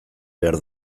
behar